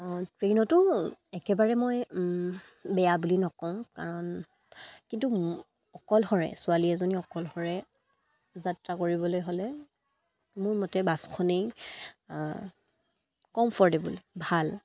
ট্ৰেইনতো একেবাৰে মই বেয়া বুলি নকওঁ কাৰণ কিন্তু অকলশৰে ছোৱালী এজনী অকলশৰে যাত্ৰা কৰিবলৈ হ'লে মোৰ মতে বাছখনেই কমফৰ্টেবল ভাল